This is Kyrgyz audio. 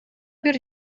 бир